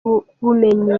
bumenyi